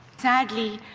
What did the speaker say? sadly,